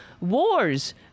wars